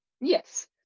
Yes